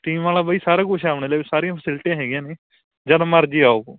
steam ਵਾਲਾ ਬਾਈ ਸਾਰਾ ਕੁਛ ਆ ਆਪਣੇ ਲਈ ਸਾਰੀਆਂ ਫੈਸਿਲਿਟੀਆਂ ਹੈਗੀਆਂ ਨੇ ਜਦ ਮਰਜ਼ੀ ਆਉ